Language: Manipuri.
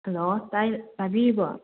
ꯍꯜꯂꯣ ꯇꯥꯕꯤꯔꯤꯕꯣ